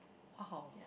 !wow!